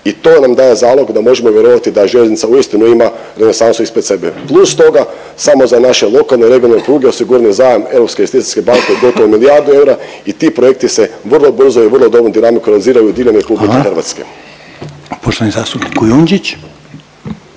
i to nam daje zalog da možemo vjerovati da željeznica uistinu ima renesansu ispred sebe. Plus toga samo za naše lokalne i regionalne pruge osiguran je zajam Europske investicijske banke od gotovo milijardu eura i ti projekti se vrlo brzo i vrlo dobrom dinamikom realiziraju diljem RH. **Reiner, Željko (HDZ)** Hvala. Poštovani zastupnik Kujundžić.